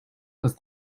was